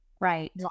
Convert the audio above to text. Right